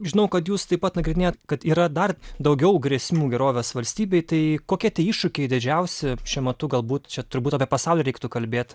žinau kad jūs taip pat nagrinėti kad yra dar daugiau grėsmių gerovės valstybei tai kokie tie iššūkiai didžiausi šiuo metu galbūt čia turbūt apie pasaulį reiktų kalbėt